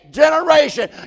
generation